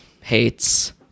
hates